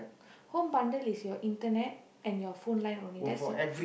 home bundle is your internet and your phone line only that's your